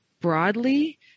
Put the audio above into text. broadly